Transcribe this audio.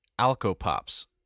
Alco-Pops